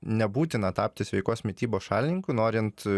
nebūtina tapti sveikos mitybos šalininku norint